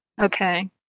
Okay